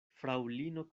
fraŭlino